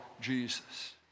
Jesus